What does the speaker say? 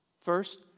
First